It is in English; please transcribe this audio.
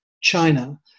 China